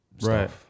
Right